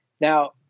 Now